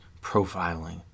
profiling